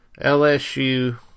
LSU